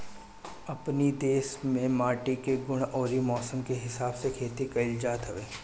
अपनी देस में माटी के गुण अउरी मौसम के हिसाब से खेती कइल जात हवे